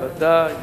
ודאי, ודאי.